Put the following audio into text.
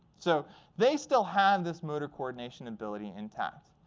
so they still have this motor coordination ability intact.